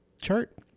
chart